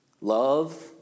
love